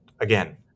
again